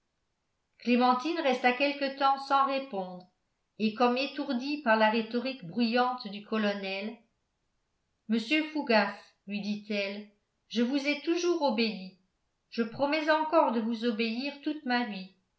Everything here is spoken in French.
clémentine resta quelque temps sans répondre et comme étourdie par la rhétorique bruyante du colonel monsieur fougas lui dit-elle je vous ai toujours obéi je promets encore de vous obéir toute ma vie